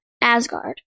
Asgard